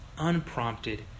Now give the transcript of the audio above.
unprompted